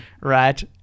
right